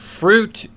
Fruit